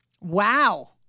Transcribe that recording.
Wow